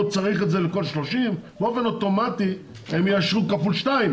או צריך את זה לכל 30,000 באופן אוטומטי הם יאשרו כפול שניים.